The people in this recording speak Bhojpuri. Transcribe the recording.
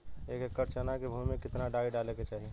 एक एकड़ चना के भूमि में कितना डाई डाले के चाही?